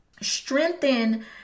strengthen